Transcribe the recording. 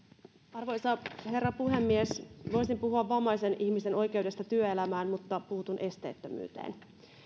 arvoisa herra puhemies voisin puhua vammaisen ihmisen oikeudesta työelämään mutta puutun esteettömyyteen